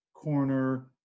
Corner